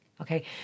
Okay